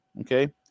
Okay